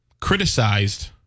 criticized